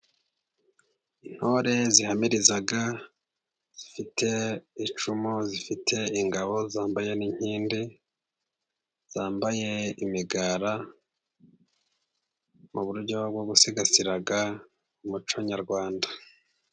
Intore zihamiriza zifite icumu, zifite ingabo, zambaye n'inkindi, zambaye imigara, mu buryo bwo gusigasira umuco nyarwanda.